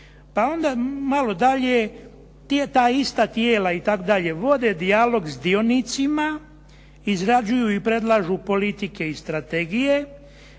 Pa onda malo dalje, ta ista tijela i tako dalje vode dijalog s dionicima, izrađuju i predlažu politike i strategije